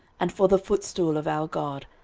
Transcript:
and for the footstool of our god,